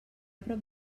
prop